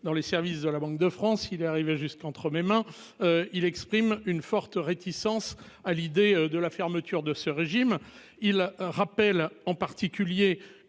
dans les services de la Banque de France, il est arrivé juste entre mes mains. Il exprime une forte réticence à l'idée de la fermeture de ce régime. Il rappelle en particulier